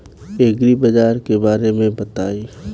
एग्रीबाजार के बारे में बताई?